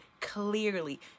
clearly